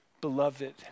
beloved